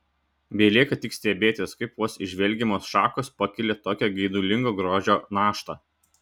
belieka tik stebėtis kaip vos įžvelgiamos šakos pakelia tokią geidulingo grožio naštą